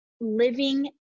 living